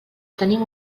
tenim